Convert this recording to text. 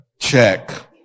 check